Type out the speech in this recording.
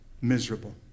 miserable